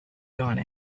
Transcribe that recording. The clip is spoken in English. gone